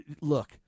look